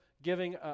giving